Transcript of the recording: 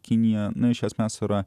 kinija iš esmės yra